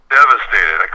devastated